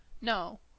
No